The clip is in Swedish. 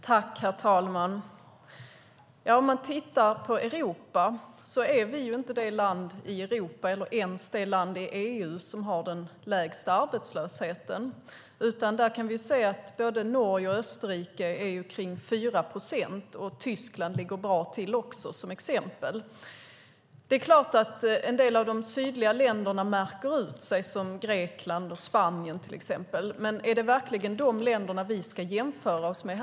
Herr talman! Om vi tittar på Europa ser vi att Sverige inte är det land i Europa, eller ens i EU, som har den lägsta arbetslösheten. Vi kan se att både Norge och Österrike har omkring 4 procent, och till exempel Tyskland ligger också bra till. En del av de sydliga länderna märker ut sig, såsom Grekland och Spanien, men är det verkligen de länderna vi ska jämföra oss med?